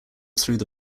through